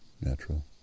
natural